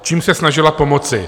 Čím se snažila pomoci?